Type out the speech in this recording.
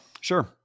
Sure